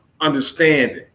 understanding